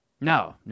no